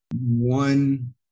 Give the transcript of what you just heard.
One